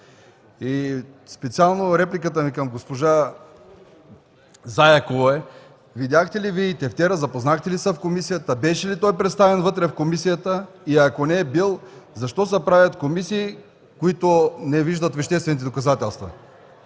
да го види. Репликата ми към госпожа Заякова е: Вие видяхте ли тефтера, запознахте ли се в комисията, беше ли представен вътре в комисията и ако не е бил – защо се правят комисии, които не виждат веществените доказателства?